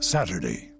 Saturday